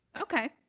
Okay